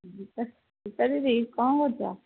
ସୀତା ସୀତା ଦିଦି କଣ କରୁଛ